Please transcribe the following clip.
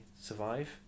survive